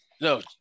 no